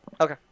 Okay